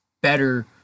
better